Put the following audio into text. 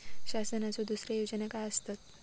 शासनाचो दुसरे योजना काय आसतत?